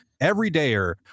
everydayer